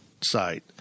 site